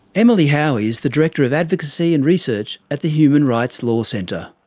emily howie is the director of advocacy and research at the human rights law centre.